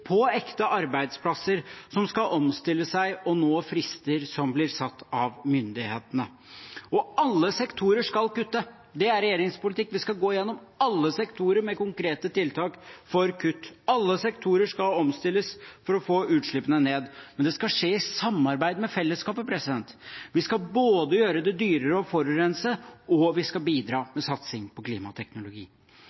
på ekte arbeidsplasser som skal omstille seg og nå frister som blir satt av myndighetene. Alle sektorer skal kutte. Det er regjeringens politikk: Vi skal gå gjennom alle sektorer med konkrete tiltak for kutt, og alle sektorer skal omstilles for å få utslippene ned. Men det skal skje i samarbeid med fellesskapet. Vi skal både gjøre det dyrere å forurense og